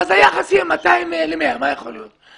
ועוד היחס יהיה 200 ל-100 מה יכול להיות.